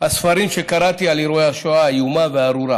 הספרים שקראתי על אירועי השואה האיומה והארורה